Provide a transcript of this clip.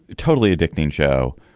totally addicting show